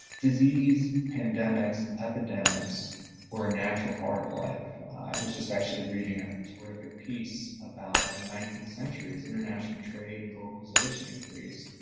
disease, pandemics, epidemics were a natural part of life. i was just actually reading a terrific piece about and the nineteenth century's international trade and globalization increase.